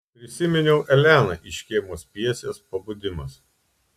prisiminiau eleną iš škėmos pjesės pabudimas